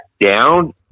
down